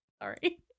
Sorry